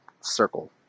circle